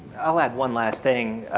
i'll add one last thing